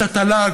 את התל"ג,